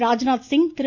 Rajnath Singh Thiru